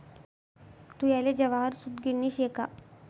धुयाले जवाहर सूतगिरणी शे का